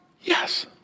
Yes